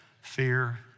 fear